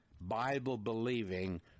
Bible-believing